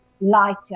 lighter